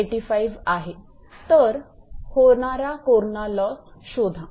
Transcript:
85 आहे तर होणारा कोरणा लॉस शोधा